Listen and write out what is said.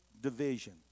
division